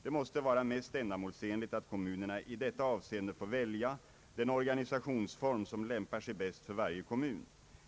Det måste vara mest ändamålsenligt att kommunerna i detta avseende får välja den organisationsform som lämpar sig bäst för varje kommun.